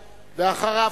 אחריו,